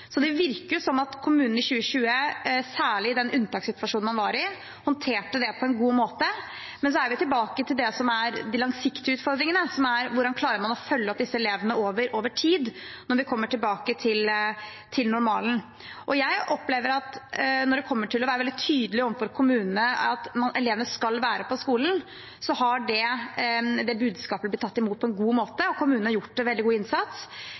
Så det virker som at kommunene i 2020, særlig i den unntakssituasjonen man var i, håndterte det på en god måte. Men så er vi tilbake til det som er de langsiktige utfordringene, som er hvordan man klarer å følge opp disse elevene over tid når vi kommer tilbake til normalen. Jeg opplever at når det kommer til å være veldig tydelig overfor kommunene om at elevene skal være på skolen, har det budskapet blitt tatt imot på en god måte, og kommunene har gjort en veldig god innsats.